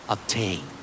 Obtain